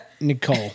Nicole